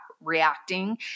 reacting